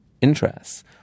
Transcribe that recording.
interests